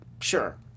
Sure